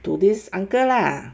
to this uncle lah